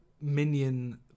minion